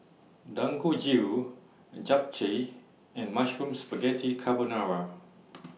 Dangojiru Japchae and Mushroom Spaghetti Carbonara